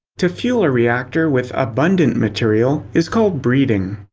to fuel a reactor with abundant material is called breeding.